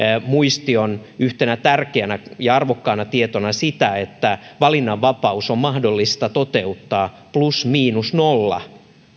muistion yhtenä tärkeänä ja arvokkaana tietona sitä että valinnanvapaus on mahdollista toteuttaa plus miinus nolla